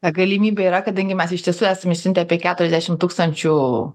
ta galimybė yra kadangi mes iš tiesų esam išsiuntę apie keturiasdešim tūkstančių